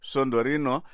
Sondorino